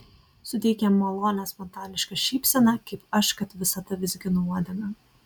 suteik jam malonią spontanišką šypseną kaip aš kad visada vizginu uodegą